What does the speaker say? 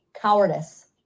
cowardice